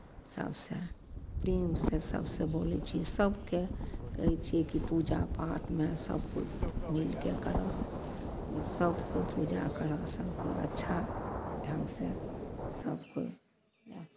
सभसँ प्रेमसँ सभसँ बोलै छी सभकेँ कहै छियै कि पूजा पाठमे सभ कोइ मिलि कऽ करह इ सभकोइ पूजा करह सभके अच्छा ढङ्गसँ सभ कोइ